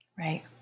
Right